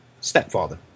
Stepfather